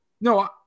No